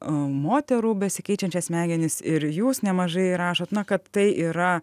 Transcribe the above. moterų besikeičiančias smegenis ir jūs nemažai rašot na kad tai yra